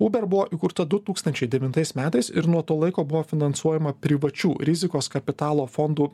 uber buvo įkurta du tūkstančiai devintais metais ir nuo to laiko buvo finansuojama privačių rizikos kapitalo fondų